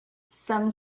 some